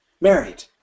married